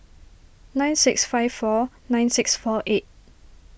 nine six five four nine six four eight